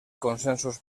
consensos